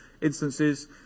instances